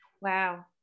Wow